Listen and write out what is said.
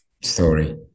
story